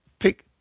pick